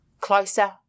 closer